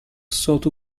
sort